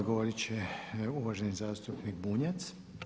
Odgovorit će uvaženi zastupnik Bunjac.